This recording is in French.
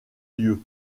lieu